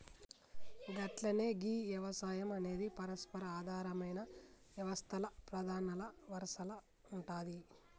గట్లనే గీ యవసాయం అనేది పరస్పర ఆధారమైన యవస్తల్ల ప్రధానల వరసల ఉంటాది